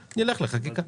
לחקיקה.